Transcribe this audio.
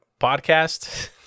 podcast